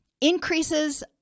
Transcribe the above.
increases